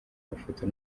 mafoto